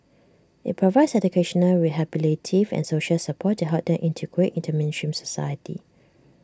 IT provides educational rehabilitative and social support to help them integrate into mainstream society